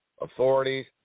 authorities